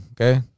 Okay